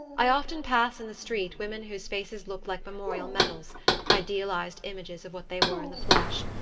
i often pass in the street women whose faces look like memorial medals idealized images of what they were in the flesh.